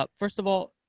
ah first of all,